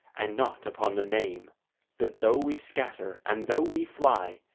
and not upon the name that though we scatter and though we fly,